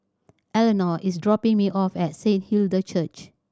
Eleonore is dropping me off at Saint Hilda Church